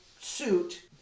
suit